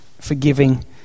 forgiving